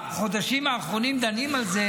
בחודשים האחרונים אנחנו דנים על זה